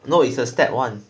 no it's the step one